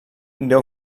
deu